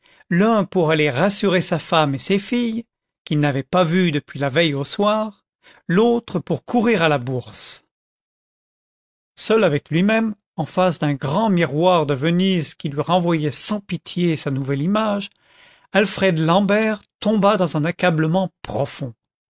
l'un pour aller rassurer sa femme et ses filles qu'il n'avait pas vues depuis la veille au soir l'autre pour courir à la bourse seul avec lui-même en face d'un grand miroir de venise qui lui renvoyait sans pitié sa nouvelle image alfred l'ambert tomba dans un accablement profond